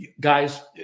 Guys